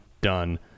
done